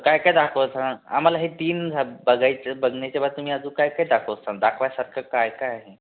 काय काय दाखवसान आम्हाला हे तीन बघायचे बघण्याचे बाबतीत अजून काय काय दाखवसान दाखवायसारखं काय काय आहे